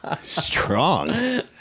Strong